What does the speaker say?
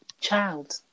child